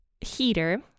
heater